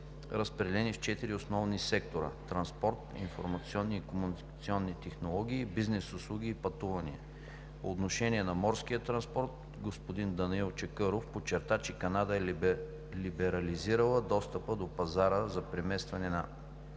разпределени в четири основни сектора – транспорт, информационни и комуникационни технологии, бизнес услуги и пътувания. По отношение на морския транспорт господин Данаил Чакъров подчерта, че Канада e либерализирала достъпа до пазара за преместване на